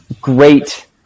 great